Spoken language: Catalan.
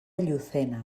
llucena